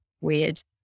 weird